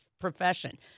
Profession